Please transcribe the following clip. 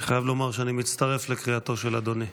אני חייב לומר שאני מצטרף לקריאתו של אדוני.